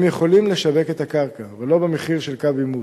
הם יכולים לשווק את הקרקע אבל לא במחיר של קו עימות,